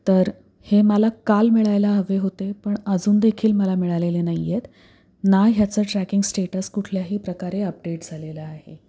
तर हे मला काल मिळायला हवे होते पण अजून देखील मला मिळालेले नाही आहेत ना ह्याचं ट्रॅकिंग स्टेटस कुठल्याही प्रकारे अपडेट झालेला आहे